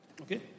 Okay